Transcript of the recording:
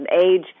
Age